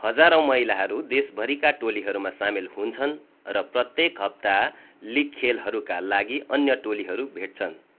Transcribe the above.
हजारौँ महिलाहरू देशभरिका टोलीहरूमा सामेल हुन्छन् र प्रत्येक हप्ता लिग खेलहरूका लागि अन्य टोलीहरू भेट्छन्